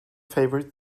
favorite